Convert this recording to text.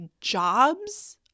jobs